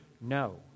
no